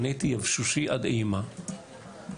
ואני הייתי יבשושי עד אימה ונתתי